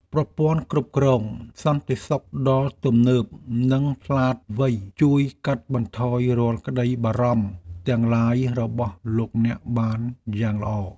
ប្រព័ន្ធគ្រប់គ្រងសន្តិសុខដ៏ទំនើបនិងឆ្លាតវៃជួយកាត់បន្ថយរាល់ក្តីបារម្ភទាំងឡាយរបស់លោកអ្នកបានយ៉ាងល្អ។